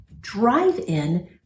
drive-in